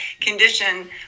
condition